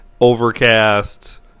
overcast